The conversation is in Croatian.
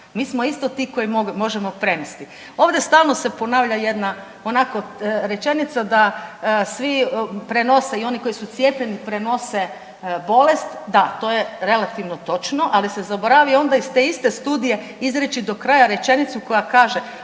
Mi smo isto ti koji možemo prenesti. Ovdje stalno se ponavlja jedna onako rečenica da svi prenose i oni koji su cijepljeni prenose bolest. Da, to je relativno točno ali se zaboravi onda iz te iste studije izreći do kraja rečenicu koja kaže,